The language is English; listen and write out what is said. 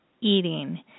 eating